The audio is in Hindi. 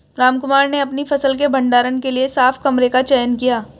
रामकुमार ने अपनी फसल के भंडारण के लिए साफ कमरे का चयन किया